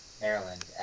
Maryland